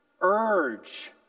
Urge